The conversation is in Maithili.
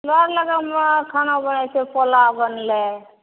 लर लगनमे खाना बनै छै पोलाओ बनलै